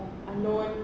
um unknown